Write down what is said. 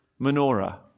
menorah